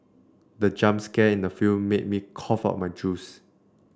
the jump scare in the film made me cough out my juice